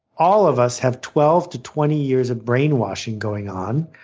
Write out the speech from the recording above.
all of us have twelve to twenty years of brainwashing going on,